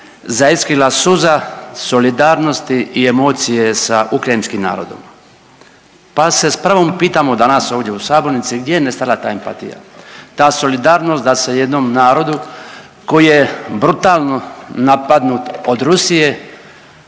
zaiskrila suza solidarnosti i emocije sa ukrajinskim narodom pa se s pravom pitamo danas pitamo u ovdje u sabornici gdje je nestala ta empatija, ta solidarnost da se jednom narodu koji je brutalno napadnut od Rusije